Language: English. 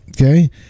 okay